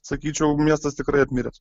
sakyčiau miestas tikrai apmiręs